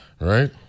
right